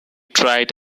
tried